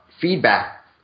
feedback